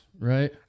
right